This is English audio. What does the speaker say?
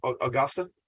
Augusta